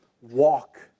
walk